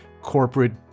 corporate